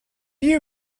you